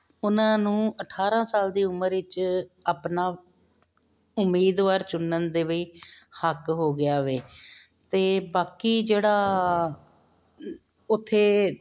ਉਹਨਾਂ ਨੂੰ ਅਠਾਰ੍ਹਾਂ ਸਾਲ ਦੀ ਉਮਰ ਵਿਚ ਆਪਣਾ ਉਮੀਦਵਾਰ ਚੁਣਨ ਦੇ ਵੀ ਹੱਕ ਹੋ ਗਿਆ ਹੋਵੇ ਅਤੇ ਬਾਕੀ ਜਿਹੜਾ ਉੱਥੇ